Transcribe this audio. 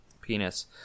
penis